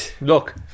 Look